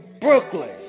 Brooklyn